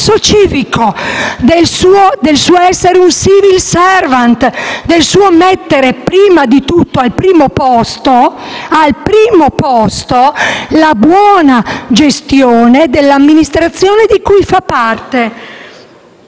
del suo essere un *civil servant*, del suo mettere al primo posto la buona gestione dell'amministrazione di cui fa parte.